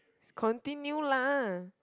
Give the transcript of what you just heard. it continue lah